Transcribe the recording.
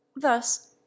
Thus